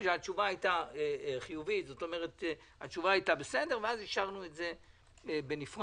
התשובה הייתה בסדר ואז אישרנו את זה בנפרד.